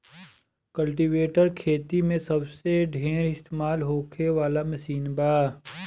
cultivator खेती मे सबसे ढेर इस्तमाल होखे वाला मशीन बा